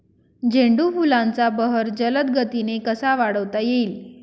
झेंडू फुलांचा बहर जलद गतीने कसा वाढवता येईल?